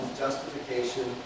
justification